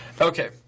Okay